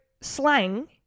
slang